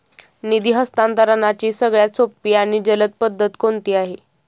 निधी हस्तांतरणाची सगळ्यात सोपी आणि जलद पद्धत कोणती आहे?